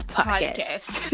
podcast